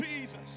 Jesus